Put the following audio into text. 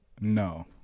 No